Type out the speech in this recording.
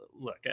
look